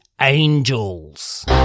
angels